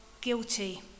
guilty